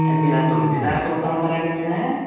ఏమి మీరు ఆ తొమ్మిదిన్నర దాకా చూస్తా ఉంటారా అండి మీరు